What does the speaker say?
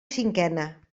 cinquena